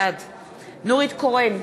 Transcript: בעד נורית קורן,